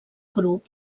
grup